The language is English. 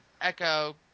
echo